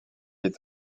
est